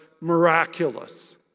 miraculous